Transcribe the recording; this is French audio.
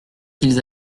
qu’ils